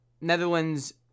Netherlands